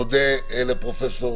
מודה לפרופ'